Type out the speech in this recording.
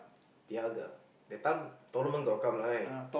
tiaga that time tournament got come right